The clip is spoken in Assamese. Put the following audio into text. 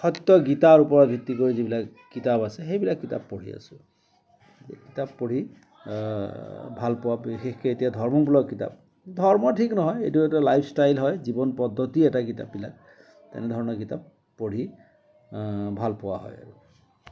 সত্য গীতাৰ ওপৰত ভিত্তি কৰি যিবিলাক কিতাপ আছে সেইবিলাক কিতাপ পঢ়ি আছোঁ কিতাপ পঢ়ি ভালপোৱা বিশেষকে এতিয়া ধৰ্মমূলক কিতাপ ধৰ্মৰ ঠিক নহয় এইটো এইটো লাইফষ্টাইল হয় জীৱন পদ্ধতিৰ এটা কিতাপবিলাক তেনেধৰণৰ কিতাপ পঢ়ি ভালপোৱা হয় আৰু